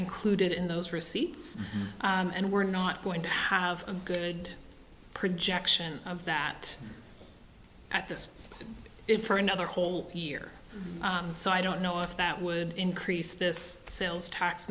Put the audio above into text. included in those receipts and we're not going to have a good projection of that at this for another whole year so i don't know if that would increase this sales tax